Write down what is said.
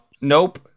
Nope